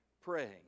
Praying